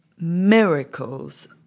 miracles